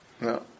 No